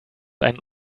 einen